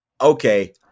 okay